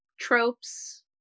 tropes